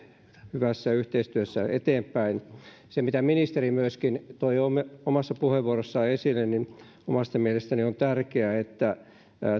hyvässä yhteistyössä eteenpäin se mitä myöskin ministeri toi omassa puheenvuorossaan esille on omasta mielestäni tärkeää että